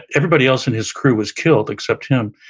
everybody else in his crew was killed except him.